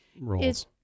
roles